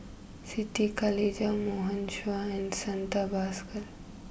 Siti Khalijah Morgan Chua and Santha Bhaskar